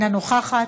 אינה נוכחת,